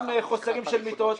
גם חוסרים של מיטות.